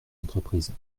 entreprises